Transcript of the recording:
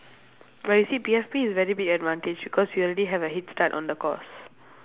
but you see P_F_P is very big advantage because you already have a head start on the course